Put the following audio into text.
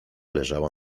leżała